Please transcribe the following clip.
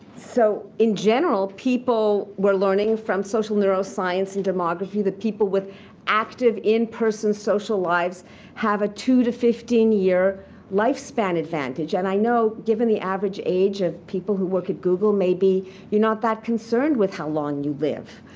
so in general, people were learning from social neuroscience and demography that people with active in-person social lives have a two to fifteen year lifespan advantage. and i know, given the average age of people who work at google, maybe you're not that concerned with how long you live.